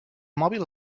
mòbil